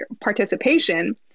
participation